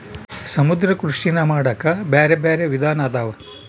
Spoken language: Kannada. ಸಮುದ್ರ ಕೃಷಿನಾ ಮಾಡಾಕ ಬ್ಯಾರೆ ಬ್ಯಾರೆ ವಿಧಾನ ಅದಾವ